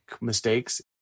mistakes